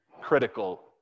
critical